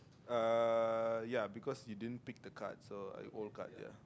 uh ya because you didn't pick the card so old card ya